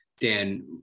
Dan